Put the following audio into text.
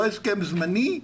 לא הסכם זמני.